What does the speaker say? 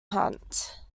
hunt